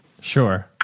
sure